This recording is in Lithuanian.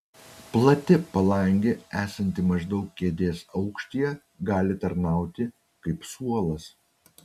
plati palangė esanti maždaug kėdės aukštyje gali tarnauti kaip suolas